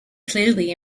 clearly